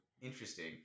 interesting